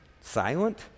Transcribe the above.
silent